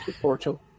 portal